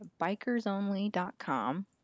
BikersOnly.com